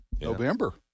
November